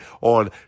on